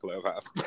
Clubhouse